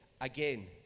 Again